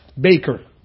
Baker